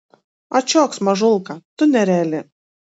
ačioks mažulka tu nereali